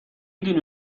دونی